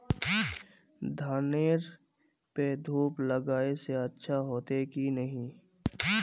धानेर में धूप लगाए से अच्छा होते की नहीं?